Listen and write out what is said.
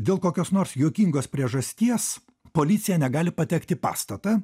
dėl kokios nors juokingos priežasties policija negali patekt į pastatą